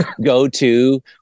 go-to